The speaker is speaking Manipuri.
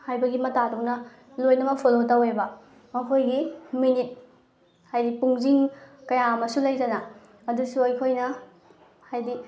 ꯍꯥꯏꯕꯒꯤ ꯃꯇꯥꯗꯧꯅ ꯂꯣꯏꯅꯃꯛ ꯐꯣꯂꯣ ꯇꯧꯋꯦꯕ ꯃꯈꯣꯏꯒꯤ ꯃꯅꯤꯠ ꯍꯥꯏꯗꯤ ꯄꯨꯡꯁꯤꯡ ꯀꯌꯥ ꯑꯃꯁꯨ ꯂꯩꯗꯅ ꯑꯗꯨꯁꯨ ꯑꯩꯈꯣꯏꯅ ꯍꯥꯏꯗꯤ